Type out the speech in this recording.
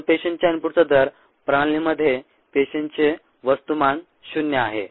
म्हणून पेशींच्या इनपुटचा दर प्रणालीमध्ये पेशींचे वस्तुमान 0 आहे